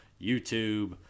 YouTube